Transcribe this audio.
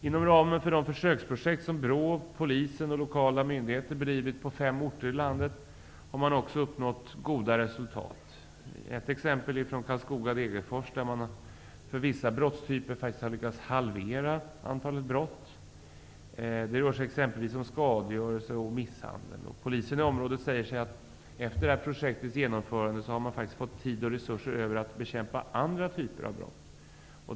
Inom ramen för de försöksprojekt som BRÅ, polisen och lokala myndigheter bedrivit på fem orter i landet har man också uppnått goda resultat. Ett exempel är från Karlskoga -- Degerfors, där man faktiskt har lyckats halvera antalet brott av vissa typer. Det rör sig om exempelvis skadegörelse och misshandel. Polisen i området säger att man efter det här projektets genomförande faktiskt har fått tid och resurser över att bekämpa andra typer av brott.